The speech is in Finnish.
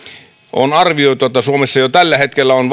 on arvioitu että suomessa jo tällä hetkellä on